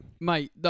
Mate